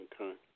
Okay